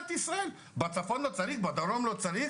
לא צריך גם בדרום או בצפון?